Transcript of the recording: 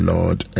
Lord